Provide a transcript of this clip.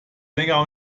länger